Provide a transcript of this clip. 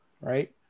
right